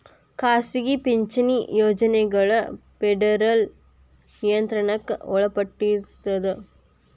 ಖಾಸಗಿ ಪಿಂಚಣಿ ಯೋಜನೆಗಳ ಫೆಡರಲ್ ನಿಯಂತ್ರಣಕ್ಕ ಒಳಪಟ್ಟಿರ್ತದ